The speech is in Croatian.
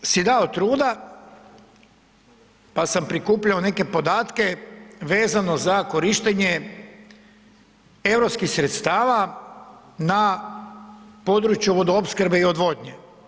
Malo sam si dao truda, pa sam prikupljao neke podatke vezano za korištenje europskih sredstava na području vodoopskrbe i odvodnje.